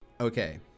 okay